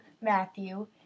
Matthew